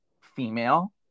female